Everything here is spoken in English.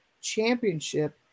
championship